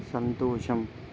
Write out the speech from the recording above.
సంతోషం